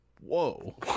Whoa